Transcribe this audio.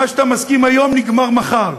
מה שאתה מסכים היום נגמר מחר.